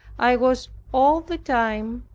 i was all the time,